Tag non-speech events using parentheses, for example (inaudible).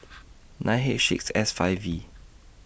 (noise) nine H six S five V